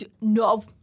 no